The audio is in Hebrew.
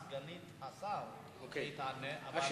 אומנם סגנית השר תענה, אבל ראוי שיהיה שר.